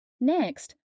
Next